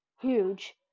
huge